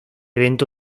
evento